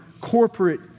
corporate